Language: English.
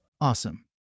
Awesome